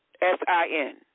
S-I-N